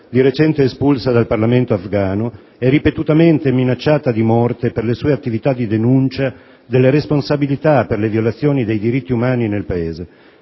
di recente espulsa dal Parlamento afghano e ripetutamente minacciata di morte per le sue attività di denuncia delle responsabilità per le violazioni dei diritti umani nel Paese.